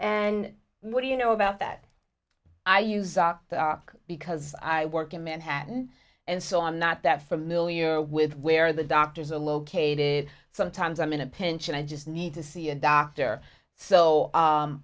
and what do you know about that i use that are because i work in manhattan and so i'm not that familiar with where the doctors are located sometimes i'm in a pinch and i just need to see a doctor so